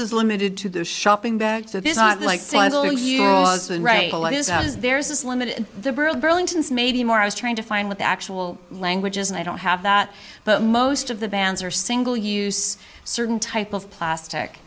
is limited to those shopping bags so there's not like there's this limited the burlington's maybe more i was trying to find with actual languages and i don't have that but most of the bands are single use certain type of plastic